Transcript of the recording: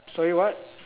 sorry what